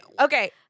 Okay